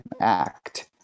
act